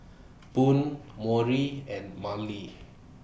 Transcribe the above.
Boone Maury and Marlie